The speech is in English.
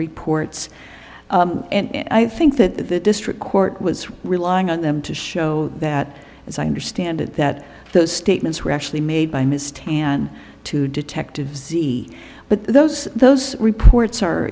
reports and i think that the district court was relying on them to show that as i understand it that those statements were actually made by ms tan to detectives e but those those reports are